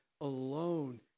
alone